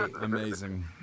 Amazing